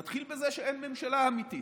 נתחיל בזה שאין ממשלה אמיתית.